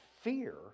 Fear